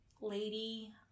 lady